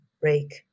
break